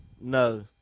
No